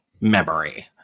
memory